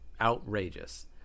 outrageous